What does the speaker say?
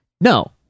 No